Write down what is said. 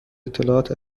اطلاعات